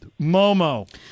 Momo